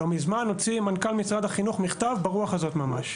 לא מזמן הוציא מנכ״ל משרד החינוך מכתב ברוח הזאת ממש.